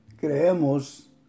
creemos